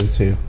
two